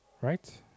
right